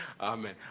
Amen